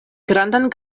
grandan